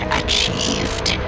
achieved